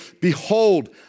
behold